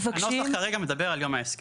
כרגע מדובר על יום ההסכם.